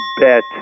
bet